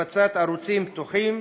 הפצת ערוצים פתוחים